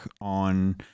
on